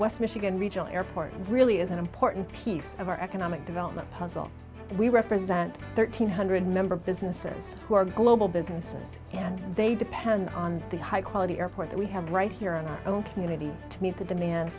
west michigan regional airport and really is an important piece of our economic development puzzle and we represent thirteen hundred member businesses who are global businesses and they depend on the high quality airport that we have right here in our own community to meet the demand